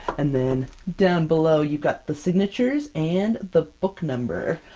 and then down below you've got the signatures and the book number.